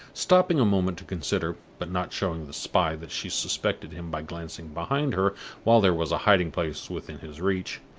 stopping a moment to consider, but not showing the spy that she suspected him by glancing behind her while there was a hiding-place within his reach,